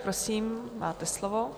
Prosím, máte slovo.